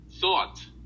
thought